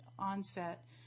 onset